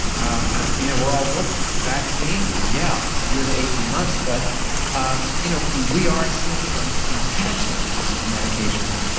ah you know we're all hopeful. vaccine, yeah. a year to eighteen months. but um you know we are seeing some compassionate use of medications.